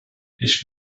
ich